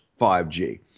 5G